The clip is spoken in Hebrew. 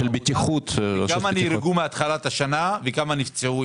כמה נהרגו מתחילת השנה וכמה נפצעו,